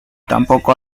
tampoco